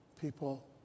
people